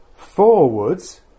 forwards